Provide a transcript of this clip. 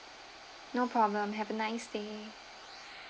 no problem have a nice day